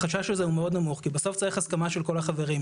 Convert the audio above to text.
החשש הזה הוא מאוד נמוך כי בסוף צריך הסכמה של כל החברים.